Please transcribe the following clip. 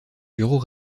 bureaux